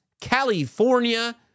California